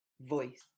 voice